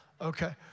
Okay